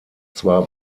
zwar